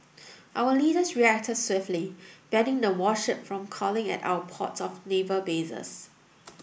our leaders reacted swiftly banning the warship from calling at our ports or naval bases